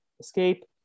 escape